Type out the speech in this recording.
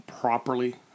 properly